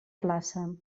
plaça